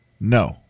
No